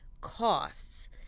costs